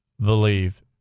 believe